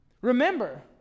Remember